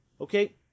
okay